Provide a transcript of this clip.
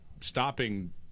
stopping